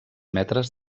metres